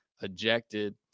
ejected